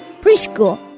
preschool